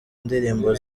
ndirimbo